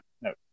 no